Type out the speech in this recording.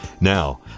Now